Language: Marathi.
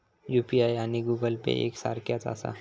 यू.पी.आय आणि गूगल पे एक सारख्याच आसा?